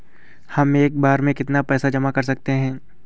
हम एक बार में कितनी पैसे जमा कर सकते हैं?